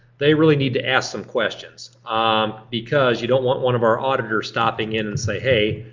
they really need to ask some questions because you don't want one of our auditors stopping in and say hey